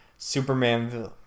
Superman